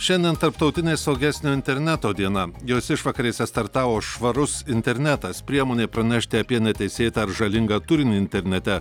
šiandien tarptautinė saugesnio interneto diena jos išvakarėse startavo švarus internetas priemonė pranešti apie neteisėtą ar žalingą turinį internete